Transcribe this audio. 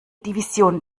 division